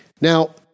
Now